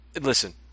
listen